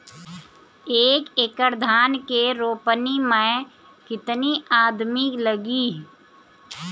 एक एकड़ धान के रोपनी मै कितनी आदमी लगीह?